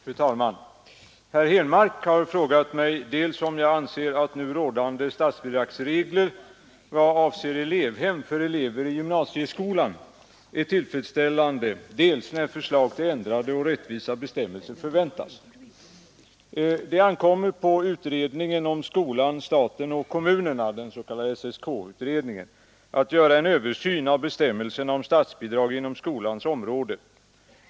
Fru talman! Herr Henmark har frågat mig dels om jag anser att nu rådande statsbidragsregler vad avser elevhem för elever i gymnasieskolan är tillfredsställande, dels när förslag till ändrade och rättvisare bestämmelser kan förväntas. s Det ankommer på utredningen om skolan, staten och kommunerna, den s.k. SSK-utredningen, att göra en översyn av bestämmelserna om statsbidrag inom skolans område.